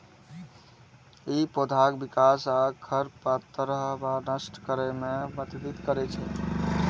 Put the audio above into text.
ई पौधाक विकास आ खरपतवार नष्ट करै मे मदति करै छै